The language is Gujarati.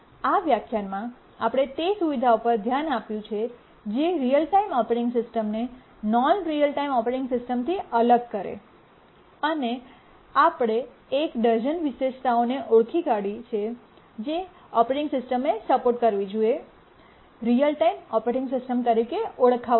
આ વ્યાખ્યાનમાં આપણે તે સુવિધાઓ પર ધ્યાન આપ્યું છે જે રીયલ ટાઇમ ઓપરેટિંગ સિસ્ટમને non real time operating system થી અલગ કરે અને આપણે એક ડઝન વિશેષતાઓને ઓળખી કાઢી છે જે ઓપરેટિંગ સિસ્ટમે સપોર્ટ કરવી જોઈએ રીઅલ ટાઇમ ઓપરેટિંગ સિસ્ટમ તરીકે ઓળખાવા માટે